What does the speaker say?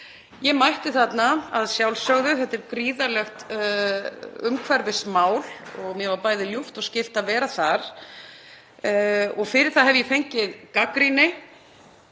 Ég mætti þarna að sjálfsögðu. Þetta er gríðarlega stórt umhverfismál og mér var bæði ljúft og skylt að vera þar og fyrir það hef ég fengið gagnrýni.